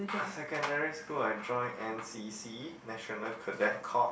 secondary school I joined N C_C National Cadet Corps